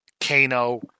Kano